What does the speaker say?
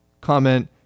Comment